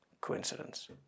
coincidence